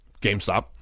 GameStop